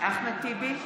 אחמד טיבי,